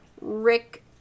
Rick